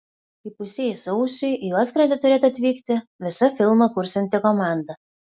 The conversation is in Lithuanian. įpusėjus sausiui į juodkrantę turėtų atvykti visa filmą kursianti komanda